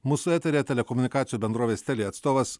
mūsų eteryje telekomunikacijų bendrovės telia atstovas